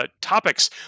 topics